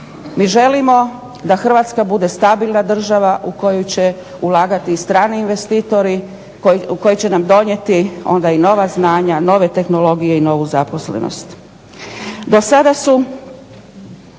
Mi želimo da Hrvatska bude stabilna država u koju će ulagati strani investitori u koju će nam donijeti nova znanja, nove tehnologije i novu zaposlenost.